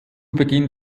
beginn